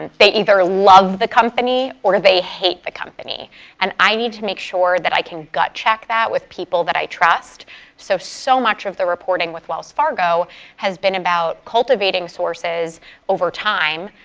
and they either love the company or they hate the company and i need to make sure that i can gut checked that with people that i trust so, so much of the reporting with wells fargo has been about cultivating sources over time.